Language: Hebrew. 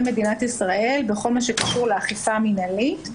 מדינת ישראל בכל מה שקשור לאכיפה המינהלית,